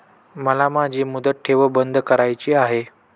मला माझी मुदत ठेव बंद करायची आहे